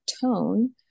tone